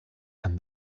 and